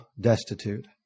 destitute